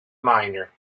miner